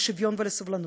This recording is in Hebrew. לשוויון ולסובלנות.